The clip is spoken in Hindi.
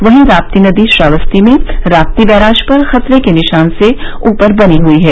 वहीं राप्ती नदी श्रावस्ती में राप्ती बैराज पर खतरे के निशान से ऊपर बनी हुई है